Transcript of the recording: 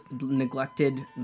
neglected